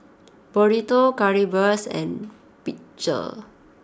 Burrito Currywurst and Pretzel